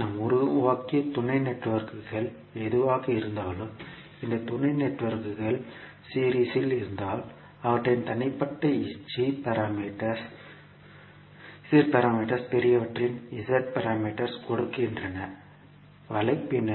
நாம் உருவாக்கிய துணை நெட்வொர்க்குகள் எதுவாக இருந்தாலும் இந்த துணை நெட்வொர்க்குகள் சீரிஸ் இல் இருந்தால் அவற்றின் தனிப்பட்ட z பாராமீட்டர்ஸ் பெரியவற்றின் z பாராமீட்டர்ஸ் ஐ கொடுக்கின்றன வலைப்பின்னல்